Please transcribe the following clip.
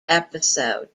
episode